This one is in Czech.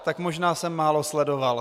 Tak možná jsem málo sledoval.